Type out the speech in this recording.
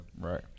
Right